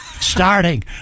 starting